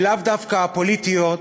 ולאו דווקא הפוליטיות,